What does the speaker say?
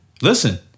listen